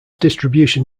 distribution